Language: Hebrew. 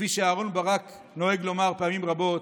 כפי שאהרן ברק נוהג לומר פעמים רבות,